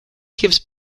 gives